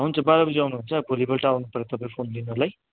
हुन्छ बाह्र बजी आउने हो भने चाहिँ भोलिपल्ट आउनु पऱ्यो तपाईँ फोन लिनुलाई